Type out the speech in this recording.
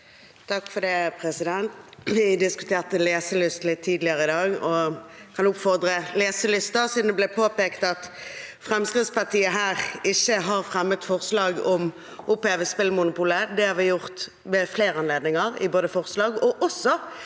(FrP) Vi diskuterte leselyst litt tidligere i dag, og jeg kan da oppfordre til leselyst, siden det ble påpekt at Fremskrittspartiet her ikke har fremmet forslag om å oppheve spillmonopolet. Det har vi gjort ved flere anledninger, både i forslag og i